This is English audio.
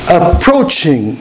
approaching